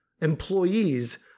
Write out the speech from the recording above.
employees